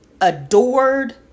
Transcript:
adored